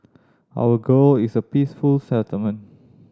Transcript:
our goal is a peaceful settlement